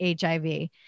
HIV